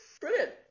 Brilliant